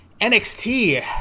NXT